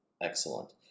Excellent